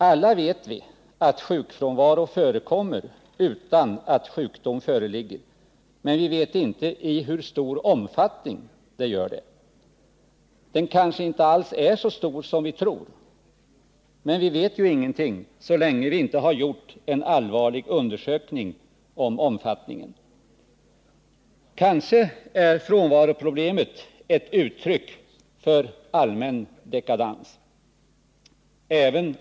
Alla vet vi att sjukfrånvaro förekommer utan att sjukdom föreligger, men vi vet inte i hur stor omfattning det gör det. Den kanske inte alls är så stor som vi tror, men vi vet ju ingenting så länge vi inte har gjort en allvarlig undersökning om omfattningen. Kanske är frånvaroproblemet ett uttryck för allmän dekadans.